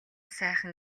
сайхан